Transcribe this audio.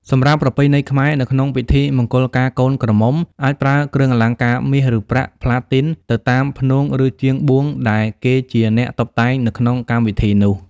សម្រាប់ប្រពៃណីខ្មែរនៅក្នុងពិធីមង្គលការកូនក្រមុំអាចប្រើគ្រឿងអលង្ការមាស ឬ ប្រាក់ ប្លាទីទៅតាមផ្នួងឬជាងបួងដែលគេជា អ្នកតុបតែងនៅក្នុងកម្មវិធីនោះ។